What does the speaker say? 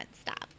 stop